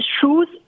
shoes